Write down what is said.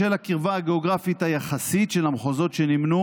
בשל הקרבה הגיאוגרפית היחסית של המחוזות שנמנו